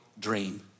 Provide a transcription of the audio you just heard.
dream